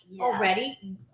already